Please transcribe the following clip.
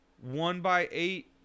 one-by-eight